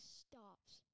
stops